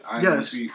Yes